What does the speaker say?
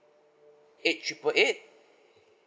eight triple eight